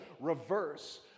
reverse